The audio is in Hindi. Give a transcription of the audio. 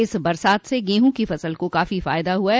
इस बरसात से गेहूं की फसल को काफी फायदा हुआ है